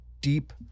deep